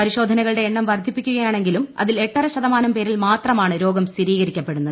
പരിശോധനകളുടെ എണ്ണം വർധിപ്പിക്കുകയാണ് എങ്കിലും അതിൽ എട്ടര ശതമാനം പേരിൽ മാത്രമാണ് രോഗം സ്വീകരിക്കപ്പെടുന്നത്